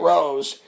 Rose